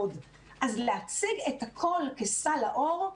אז להציג את הכול כסל לאור,